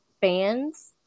fans